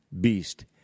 beast